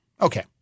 Okay